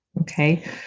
Okay